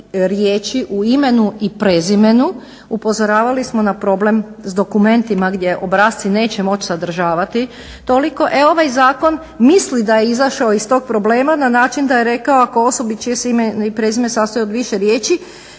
riječi u imenu i prezimenu. Upozoravali smo na problem s dokumentima gdje obrasci neće moći sadržavati toliko. E ovaj zakon misli da je izašao iz tog problema na način da je rekao ako osobi čije se ime i prezime sastoji od više riječi,